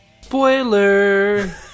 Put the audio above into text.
Spoiler